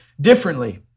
differently